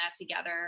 together